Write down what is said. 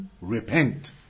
repent